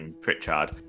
Pritchard